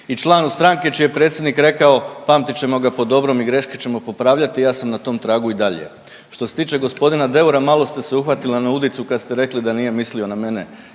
i članu stranke čiji je predsjednik rekao, pamtit ćemo ga po dobrom i greške ćemo popravljati i ja sam na tom tragu i dalje. Što se tiče gospodina Deura malo ste se uhvatili na udicu kad ste rekli da nije mislio na mene